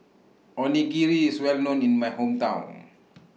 Onigiri IS Well known in My Hometown